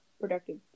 productive